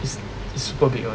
is super big [one]